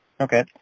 Okay